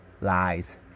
lies